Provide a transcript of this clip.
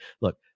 look